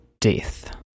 death